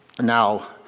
Now